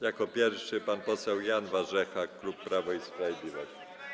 Jako pierwszy pan poseł Jan Warzecha, klub Prawo i Sprawiedliwość.